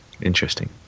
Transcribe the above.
Interesting